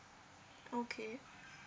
okay